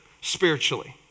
spiritually